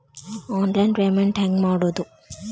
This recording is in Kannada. ಆನ್ಲೈನ್ ಪೇಮೆಂಟ್ ಹೆಂಗ್ ಮಾಡೋದು?